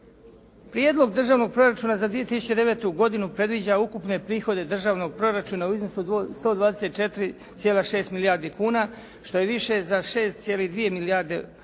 Prijedlog državnog proračuna za 2009. godinu predviđa ukupne prihode državnog proračuna u iznosu od 124,6 milijardi kuna što je više za 6,2 milijarde u